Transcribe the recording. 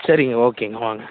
சரிங்க ஓகேங்க வாங்க